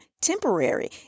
temporary